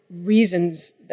reasons